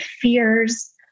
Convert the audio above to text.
fears